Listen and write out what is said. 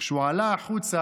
כשהוא עלה החוצה,